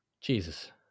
Jesus